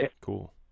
Cool